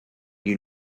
you